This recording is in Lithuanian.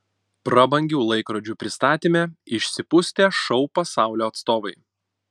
prabangių laikrodžių pristatyme išsipustę šou pasaulio atstovai